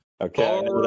Okay